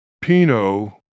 Pinot